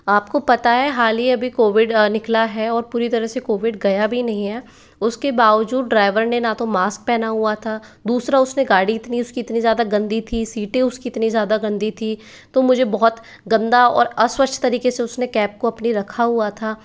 आपको पता है हाल ही अभी कोविड निकला है और पूरी तरह से कोविड गया भी नहीं है उसके बावजूद ड्राइवर ने ना तो मास्क पहना हुआ था दूसरा उसने गाड़ी इतनी उसकी इतनी ज़्यादा गंदी थी सिटें उसकी इतनी ज़्यादा गंदी थी तो मुझे बहुत गंदा और अस्वच्छ तरीके से उसने कैब को अपनी रखा हुआ था